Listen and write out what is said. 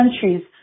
countries